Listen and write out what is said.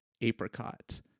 apricot